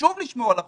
חשוב לשמור על החוק,